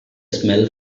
smell